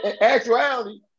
actuality